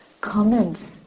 comments